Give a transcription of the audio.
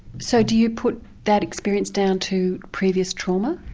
so do you put that experience down to previous trauma?